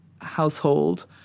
household